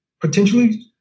potentially